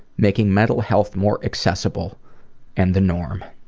making mental health more accessible and the norm.